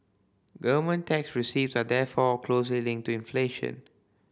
government tax receipts are therefore closely linked to inflation